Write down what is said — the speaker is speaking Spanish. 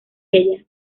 ella